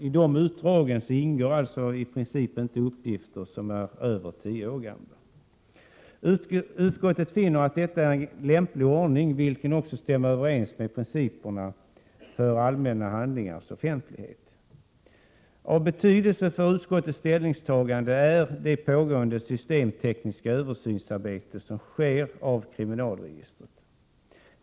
I dessa utdrag ingår i princip inte uppgifter som är över tio år gamla. Utskottet finner att detta är en lämplig ordning och att den stämmer överens med principerna för allmänna handlingars offentlighet. Av betydelse för utskottets ställningstagande är det pågående systemtekniska översynsarbete som sker av kriminalregistret.